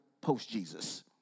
post-Jesus